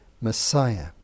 messiah